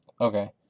Okay